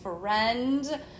friend